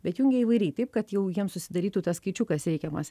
bet jungia įvairiai taip kad jau jiems susidarytų tas skaičiukas reikiamas